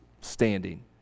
standing